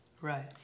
Right